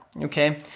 Okay